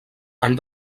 han